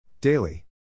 Daily